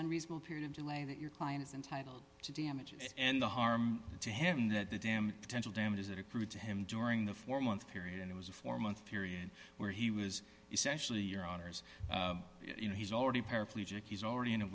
unreasonable period of delay that your client is entitled to damages and the harm to him that the damage potential damages that accrue to him during the four month period and it was a four month period where he was essentially your honour's you know he's already paraplegic he's already in a